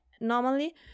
normally